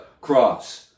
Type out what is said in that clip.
cross